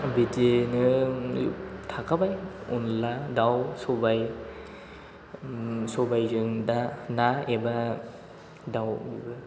बिदिनो थाखाबाय अनला दाउ सबाय सबायजों दा ना एबा दाउबो